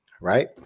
Right